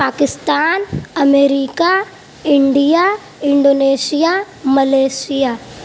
پاکستان امریکا India Indonesia Malaysia